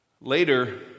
Later